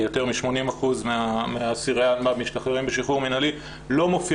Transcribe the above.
יותר מ-80 אחוזים מהמשתחררים בשחרור מינהלי לא מופיע